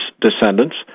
descendants